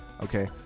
Okay